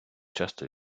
часто